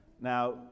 Now